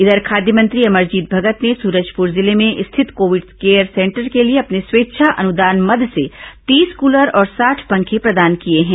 इधर खाद्य मंत्री अमरजीत भगत ने सूरजपूर जिले में स्थित कोविड केयर सेंटर के लिए अपने स्वेच्छा अनुदान मद से तीस कलर और साठ पंखे प्रदान किए हैं